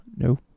No